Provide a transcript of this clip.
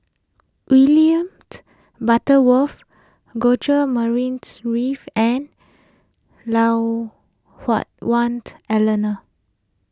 William Butterworth George Murray Reith and Lui Hah Wah Elena